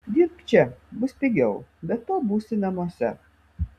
dirbk čia bus pigiau be to būsi namuose